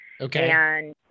Okay